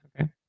Okay